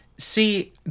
See